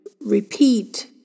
repeat